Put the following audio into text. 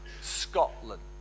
Scotland